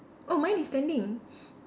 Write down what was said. oh mine is standing